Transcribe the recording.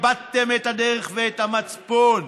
איבדתם את הדרך ואת המצפון.